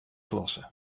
klasse